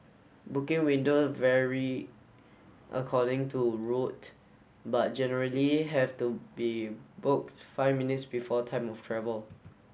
booking window vary according to route but generally have to be booked five minutes before time of travel